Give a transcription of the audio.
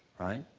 right?